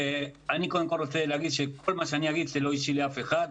אני רוצה להגיד שכל מה שאני אגיד זה לא אישי לאף אחד,